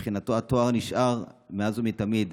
מבחינתו התואר נשאר מאז ומתמיד,